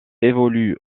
évolue